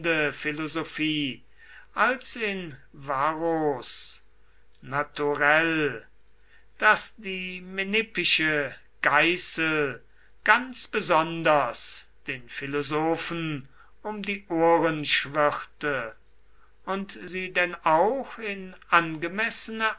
hundephilosophie als in varros naturell daß die menippische geißel ganz besonders den philosophen um die ohren schwirrte und sie denn auch in angemessene